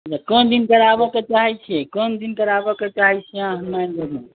कोन दिन कराबयके चाहे छियै कोन दिन कराबयके चाहे छियै अहाँ मानि लेलहुॅं